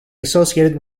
associated